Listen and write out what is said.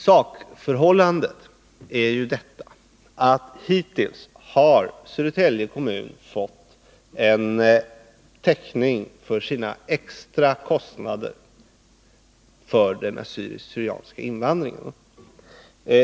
Sakförhållandet är ju detta att hittills har Södertälje kommun fått täckning för sina extra kostnader för den assyriska/syrianska invandringen.